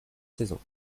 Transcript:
saisons